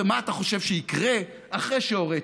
ומה אתה חושב שיקרה אחרי שהורית?